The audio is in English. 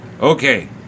Okay